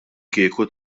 kieku